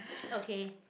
okay